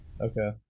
Okay